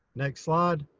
next slide.